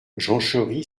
jonchery